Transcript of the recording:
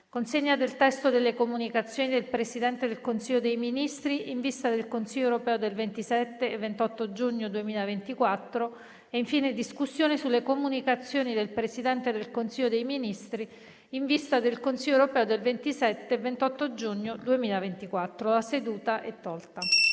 Consegna del testo delle Comunicazioni del Presidente del Consiglio dei ministri in vista del Consiglio europeo del 27 e 28 giugno 2024 **(mercoledì 26, mattina)** - Discussione sulle Comunicazioni del Presidente del Consiglio dei ministri in vista del Consiglio europeo del 27 e 28 giugno 2024 **(mercoledì